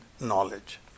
knowledge